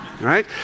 Right